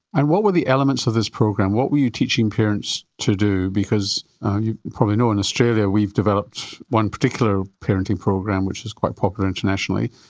and what were the elements of this program, what were you teaching parents to do? because you probably know in australia we have developed one particular parenting program which is quite popular internationally.